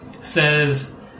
says